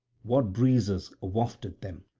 what breezes wafted them?